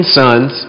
sons